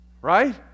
Right